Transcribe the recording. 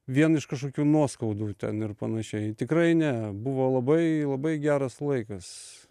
vien iš kažkokių nuoskaudų ten ir panašiai tikrai ne buvo labai labai geras laikas